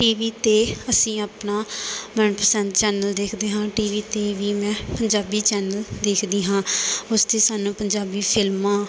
T V 'ਤੇ ਅਸੀਂ ਆਪਣਾ ਮਨਪਸੰਦ ਚੈਨਲ ਦੇਖਦੇ ਹਾਂ ਟੀ ਵੀ 'ਤੇ ਵੀ ਮੈਂ ਪੰਜਾਬੀ ਚੈਨਲ ਦੇਖਦੀ ਹਾਂ ਉਸ 'ਤੇ ਸਾਨੂੰ ਪੰਜਾਬੀ ਫ਼ਿਲਮਾਂ